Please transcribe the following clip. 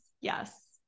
Yes